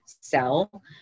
sell